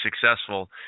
successful